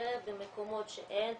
בפריפריה במקומות שאין תחבורה,